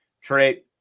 Trey